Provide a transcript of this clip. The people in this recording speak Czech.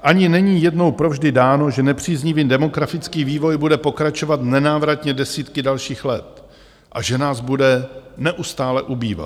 Ani není jednou provždy dáno, že nepříznivý demografický vývoj bude pokračovat nenávratně desítky dalších let a že nás bude neustále ubývat.